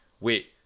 Wait